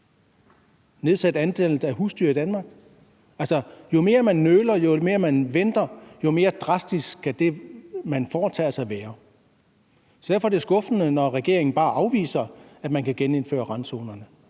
Nedsætte antallet af husdyr i Danmark? Altså, jo mere man nøler, jo mere man venter, jo mere drastisk skal det, man foretager sig, være. Derfor er det skuffende, når regeringen bare afviser, at man kan genindføre randzonerne.